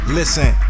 listen